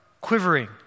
quivering